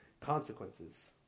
consequences